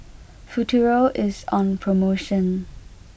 Futuro is on promotion